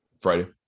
Friday